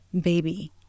baby